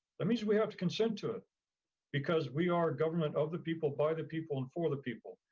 that means we have to consent to it because we are government of the people, by the people and for the people.